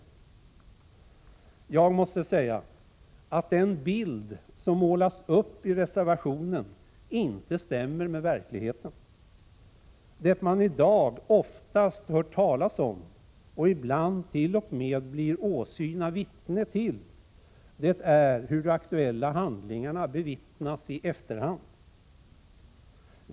Jag måste säga att den bild som målas upp i reservationen inte stämmer med verkligheten. Det man i dag ofta hör talas om och ibland t.o.m. blir åsyna vittne till är hur de aktuella handlingarna bevittnas i efterhand.